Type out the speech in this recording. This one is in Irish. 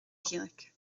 ghaeilge